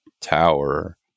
tower